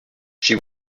she